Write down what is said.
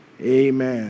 amen